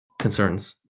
concerns